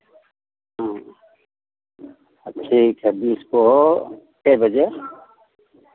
हाँ ठीक है बीस को कै बजे